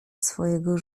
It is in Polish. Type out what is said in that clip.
swego